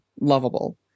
lovable